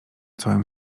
całym